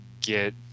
get